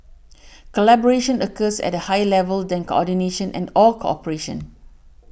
collaboration occurs at a higher level than coordination and or cooperation